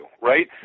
right